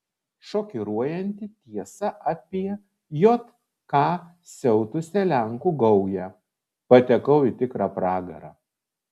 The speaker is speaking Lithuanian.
šokiruojanti tiesa apie jk siautusią lenkų gaują patekau į tikrą pragarą